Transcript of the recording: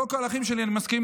לא עם כל האחים שלי אני מסכים,